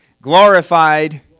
glorified